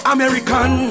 American